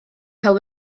cael